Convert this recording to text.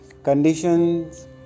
Conditions